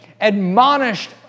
admonished